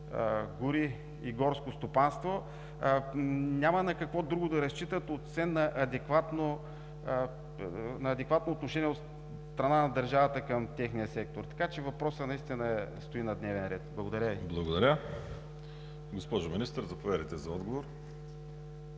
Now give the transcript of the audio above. „Гори и горско стопанство“ няма на какво друго да разчитат, освен на адекватно отношение от страна на държавата към техния сектор. Така че въпросът наистина стои на дневен ред. Благодаря Ви. ПРЕДСЕДАТЕЛ ВАЛЕРИ СИМЕОНОВ: Благодаря. Госпожо Министър, заповядайте за отговор.